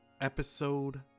Episode